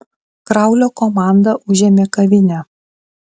kraulio komanda užėmė kavinę